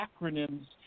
acronyms